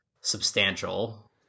substantial